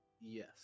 Yes